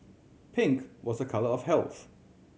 pink was a colour of health